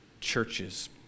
churches